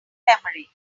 memory